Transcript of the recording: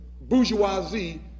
bourgeoisie